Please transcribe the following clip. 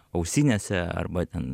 ausinėse arba ten